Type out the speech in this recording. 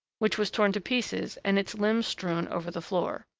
which was torn to pieces and its limbs strewn over the floor.